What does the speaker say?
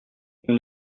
nous